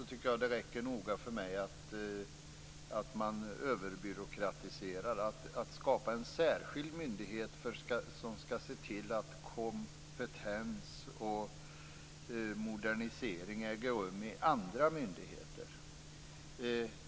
Men det är att överbyråkratisera om man skapar en särskild myndighet som skall se till att kompetens och modernisering äger rum i andra myndigheter.